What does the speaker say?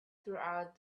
throughout